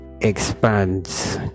expands